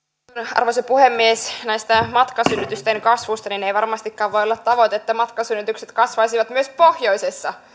arvoisa puhemies näiden matkasynnytysten kasvusta ja ei varmastikaan voi olla tavoite että matkasynnytykset kasvaisivat myös pohjoisessa